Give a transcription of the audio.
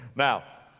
now,